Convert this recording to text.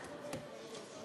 אדוני השר,